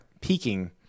peaking